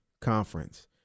Conference